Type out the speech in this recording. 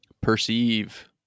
Perceive